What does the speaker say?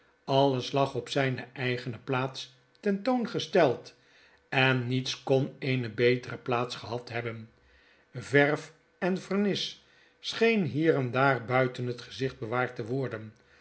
alles lag op zjjne eigene plaats tentoongesteld eji niets kon eene betere plaats gehad hebben verf en vernis scheen hier en daar buiten het gezicht bewaard te worden